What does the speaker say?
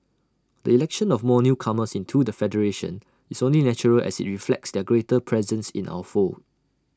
the election of more newcomers into the federation is only natural as IT reflects their greater presence in our fold